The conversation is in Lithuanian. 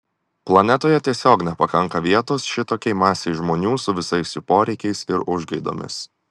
planetoje tiesiog nepakanka vietos šitokiai masei žmonių su visais jų poreikiais ir užgaidomis